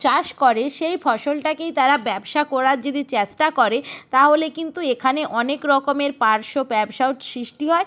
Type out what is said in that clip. চাষ করে সেই ফসলটাকেই তারা ব্যবসা করার যদি চেষ্টা করে তাহলে কিন্তু এখানে অনেক রকমের পার্শ্ব ব্যবসাও সৃষ্টি হয়